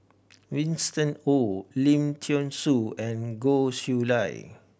Winston Oh Lim Thean Soo and Goh Chiew Lye